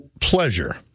pleasure